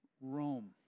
Rome